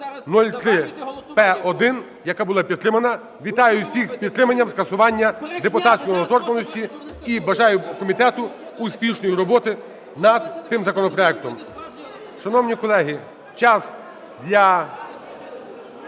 постанови 7203/П1, яка була підтримана. Вітаю всіх з підтриманням скасування депутатської недоторканності і бажаю комітету успішної роботи над цим законопроектом. Шановні колеги, час для